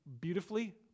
beautifully